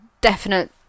definite